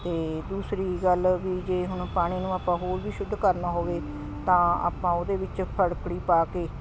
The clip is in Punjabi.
ਅਤੇ ਦੂਸਰੀ ਗੱਲ ਵੀ ਜੇ ਹੁਣ ਪਾਣੀ ਨੂੰ ਆਪਾਂ ਹੋਰ ਵੀ ਸ਼ੁੱਧ ਕਰਨਾ ਹੋਵੇ ਤਾਂ ਆਪਾਂ ਉਹਦੇ ਵਿੱਚ ਫਟਕੜੀ ਪਾ ਕੇ